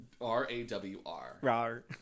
R-A-W-R